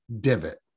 divot